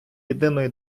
єдиної